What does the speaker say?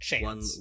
one